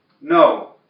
No